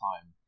time